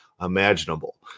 imaginable